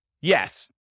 Yes